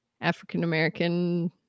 african-american